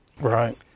Right